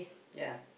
ya